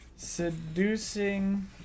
Seducing